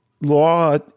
law